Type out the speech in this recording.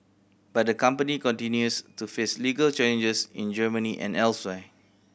but the company continues to face legal challenges in Germany and elsewhere